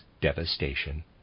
devastation